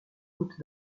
côtes